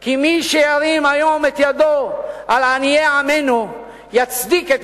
כי מי שירים היום את ידו על עניי עמנו יצדיק את